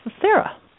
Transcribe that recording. Sarah